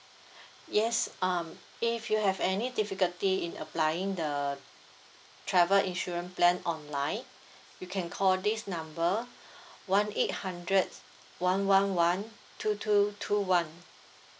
yes um if you have any difficulty in applying the travel insurance plan online you can call this number one eight hundred one one one two two two one